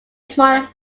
smaller